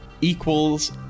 equals